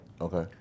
Okay